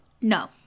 No